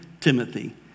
Timothy